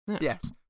Yes